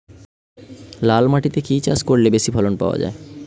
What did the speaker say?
লাল মাটিতে কি কি চাষ করলে বেশি ফলন পাওয়া যায়?